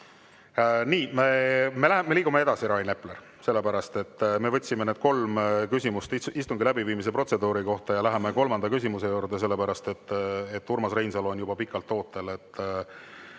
Me liigume edasi, Rain Epler, sellepärast et me võtsime need kolm küsimust istungi läbiviimise protseduuri kohta ära. Läheme kolmanda küsimuse juurde, Urmas Reinsalu on juba pikalt ootel